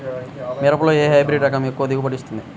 మిరపలో ఏ హైబ్రిడ్ రకం ఎక్కువ దిగుబడిని ఇస్తుంది?